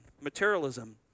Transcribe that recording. materialism